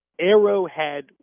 Arrowhead